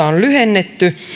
on lyhennetty